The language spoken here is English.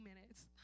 minutes